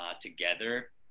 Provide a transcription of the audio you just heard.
together